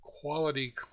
quality